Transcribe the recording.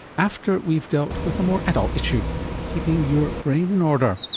after we've dealt with a more adult issue keeping your brain in order.